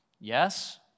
Yes